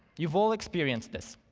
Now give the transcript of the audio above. you've all experienced these.